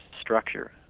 structure